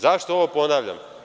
Zašto ovo ponavljam?